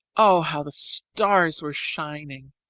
oh, how the stars were shining!